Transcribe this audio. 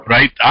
Right